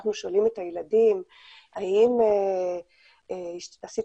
כשאנחנו שואלים את הילדים האם עשית